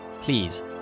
Please